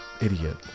idiot